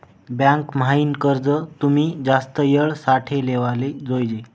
bank म्हाईन कर्ज तुमी जास्त येळ साठे लेवाले जोयजे